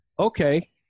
okay